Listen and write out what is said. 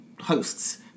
hosts